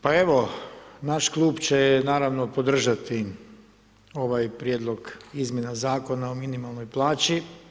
Pa evo naš klub će naravno podržati ovaj Prijedlog izmjena Zakona o minimalnoj plaći.